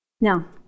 Now